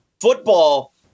football